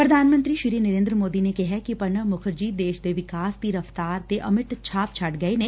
ਪ੍ਰਧਾਨ ਮੰਤਰੀ ਨਰੇਦਰ ਮੋਦੀ ਨੇ ਕਿਹੈ ਕਿ ਪ੍ਰਣਬ ਮੁਖਰਜੀ ਦੇਸ਼ ਦੇ ਵਿਕਾਸ ਦੀ ਰਫ਼ਤਾਰ ਤੇ ਅਮੋਂਟ ਛਾਪ ਛੱਡ ਗਏ ਨੇ